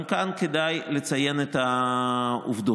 גם כאן כדאי לציין את העובדות.